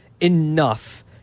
Enough